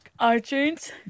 iTunes